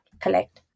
collect